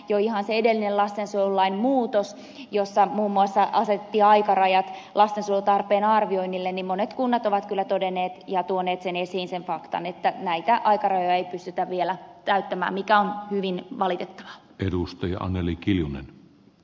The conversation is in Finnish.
jo ihan siitä edellisestä lastensuojelulain muutoksesta jossa muun muassa asetettiin aikarajat lastensuojelutarpeen arvioinnille monet kunnat ovat kyllä todenneet ja tuoneet esiin sen faktan että näitä aikarajoja ei pystytä vielä täyttämään mikä on hyvin valitettavaa